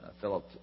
Philip